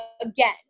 again